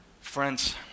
Friends